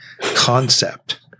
concept